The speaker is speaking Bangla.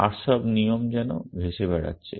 আর সব নিয়ম যেন ভেসে বেড়াচ্ছে